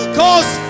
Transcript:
cause